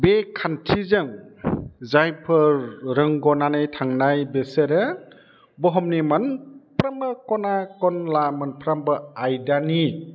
बे खान्थिजों जायफोर रोंग'नानै थांनाय बिसोरो बुहुमनि मोनफ्रोमबो ख'ना खनला मोनफ्रोमबो आयदानि